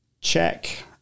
check